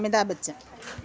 Amitabh Bachchan